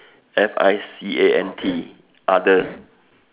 F I C A N T other